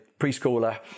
preschooler